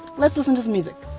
let's listen to some music.